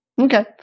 Okay